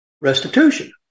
restitution